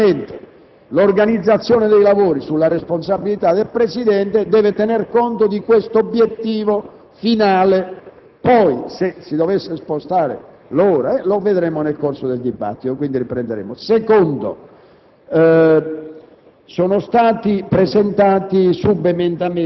impegno è confermato all'unanimità dalla Conferenza dei Capigruppo. Naturalmente, l'organizzazione dei lavori, nella responsabilità del Presidente, deve tener conto di questo obiettivo finale. Poi, se si dovessero spostare gli orari, lo vedremo nel corso del dibattito. In secondo